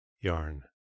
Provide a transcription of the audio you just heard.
Yarn